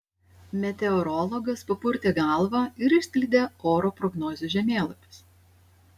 meteorologas papurtė galvą ir išskleidė oro prognozių žemėlapius